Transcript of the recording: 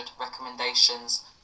recommendations